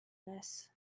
this